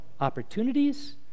opportunities